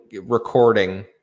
recording